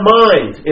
mind